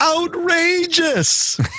outrageous